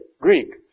Greek